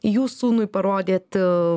jūs sūnui parodėt